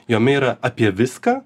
jome yra apie viską